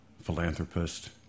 philanthropist